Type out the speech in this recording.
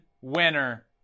winner